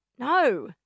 No